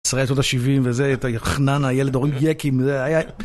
... שנות השבעים וזה, אתה חננה, הילד, הורים יקים, זה היה...